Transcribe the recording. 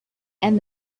and